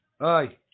Aye